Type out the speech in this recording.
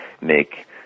make